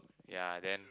yea then